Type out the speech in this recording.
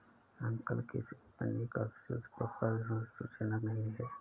uncle की company का sales profile संतुष्टिजनक नही है